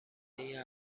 این